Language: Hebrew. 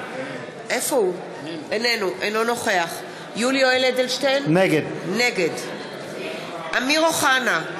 אינו נוכח יולי יואל אדלשטיין, נגד אמיר אוחנה,